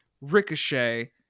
ricochet